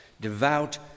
devout